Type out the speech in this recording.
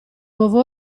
nuovo